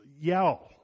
yell